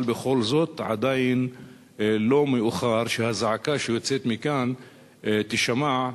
אבל בכל זאת עדיין לא מאוחר שהזעקה שיוצאת מכאן תישמע.